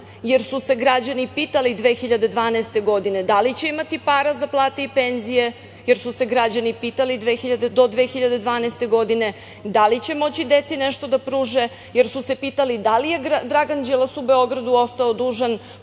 jer su se građani pitali 2012. godine da li će imati para za plate i penzije, jer su se građani pitali do 2012. godine da li će moći deci nešto da pruže, jer su se pitali da li je Dragan Đilas u Beogradu ostao dužan